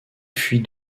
fuit